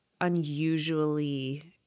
unusually